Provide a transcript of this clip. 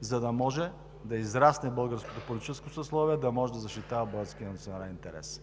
за да може българското политическо съсловие да израсне, да може да защитава българския национален интерес.